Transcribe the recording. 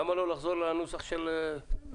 למה לא נחזור לנוסח של 18?